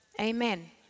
Amen